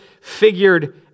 figured